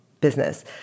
business